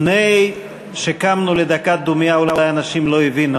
לפני שקמנו לדקה דומייה אולי אנשים לא הבינו,